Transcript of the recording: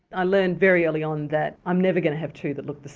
i learned very early on that i'm never going to have two that look the